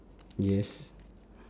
yes